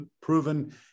proven